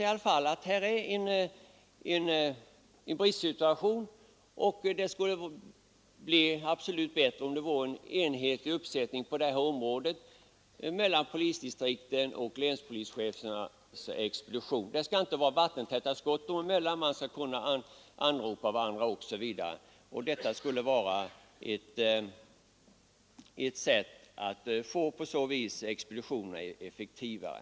Det visar ändå att här föreligger en bristsituation, och det skulle bli bättre om vi hade en enhetlig uppsättning apparatur på polisdistrikten och länspolischefernas expeditioner. Det skall inte vara några vattentäta skott dem emellan. Man skall kunna anropa varandra osv. Det skulle vara ett bra sätt att göra expeditionernas arbete effektivare.